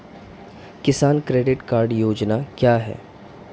किसान credit card योजना क्या है?